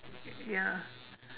ya